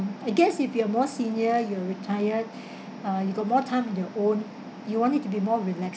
I guess if you're more senior you're retired uh you got more time on your own you want it to be more relaxing